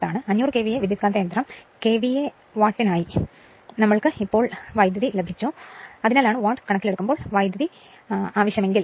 500 KVA transformer KVA വാട്ടിനായി ഇപ്പോൾ current ലഭിച്ചു അതിനാലാണ് വാട്ട് കണക്കിലെടുക്കുമ്പോൾ വൈദ്യുതി ആവശ്യമെങ്കിൽ